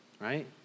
right